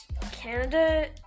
Canada